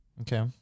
okay